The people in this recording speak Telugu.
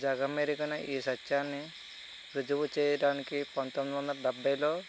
జగం ఎరిగిన ఈ సత్యాన్ని రుజువు చేయడానికి పంతొమ్మిది వందల డెబ్భైలో